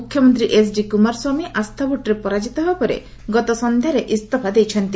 ମୁଖ୍ୟମନ୍ତ୍ରୀ ଏଚ୍ଡି କୁମାରସ୍ୱାମୀ ଆସ୍ଥାଭୋଟ୍ରେ ପରାଜିତ ହେବା ପରେ ଗତ ସନ୍ଧ୍ୟାରେ ଇସ୍ତଫା ଦେଇଛନ୍ତି